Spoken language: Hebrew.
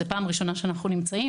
זו פעם ראשונה שאנחנו נמצאים.